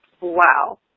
Wow